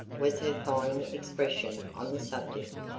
was her final expression on the subject,